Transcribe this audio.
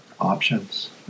options